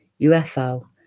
UFO